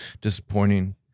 disappointing